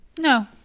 No